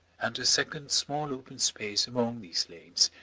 and a second small open space among these lanes,